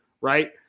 right